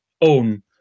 own